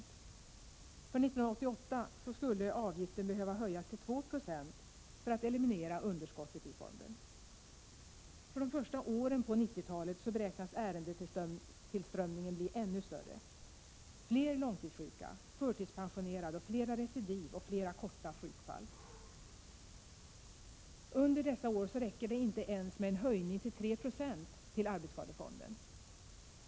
För 1988 skulle avgiften behöva höjas till 2 96 för att man skall kunna eliminera underskottet i fonden. För de första åren på 1990-talet beräknas ärendetillströmningen bli ännu större. Fler långtidssjuka, fler förtidspensionerade, fler recidiv och fler korta sjukfall räknar men med. Under dessa år räcker det inte ens med en höjning av avgiften till arbetsskadefonden till 3 26.